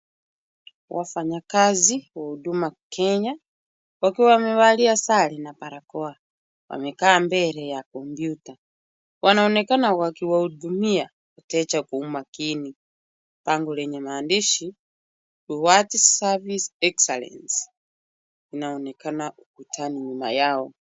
Wafanyakazi wa Huduma Kenya wakiwa wamevalia sare na barakoa. Wamekaa mbele ya kompyuta. Wanaonekana wakiwahudumia wateja kwa umakini. Bango lenye maandishi Towards service excellence inaonekana ukutani nyuma yao.